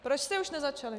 Proč jste už nezačali?